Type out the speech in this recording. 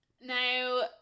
Now